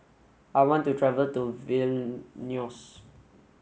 I want to travel to Vilnius